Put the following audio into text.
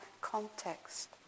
context